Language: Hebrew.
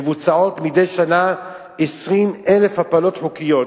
מבוצעות מדי שנה 20,000 הפלות חוקיות,